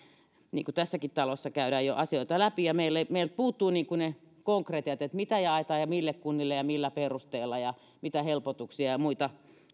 niin kuin tässäkin talossa käydään jo asioita läpi ja meiltä puuttuvat ne konkretiat mitä jaetaan ja mille kunnille ja millä perusteella ja mitä helpotuksia ja ja muita